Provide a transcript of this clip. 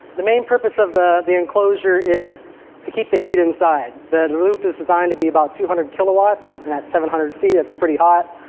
the main purpose of the the enclosure is to keep the heat inside. the loop is designed to be about two hundred kilowatts. and that is seven hundred c. that's pretty hot.